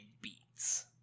beats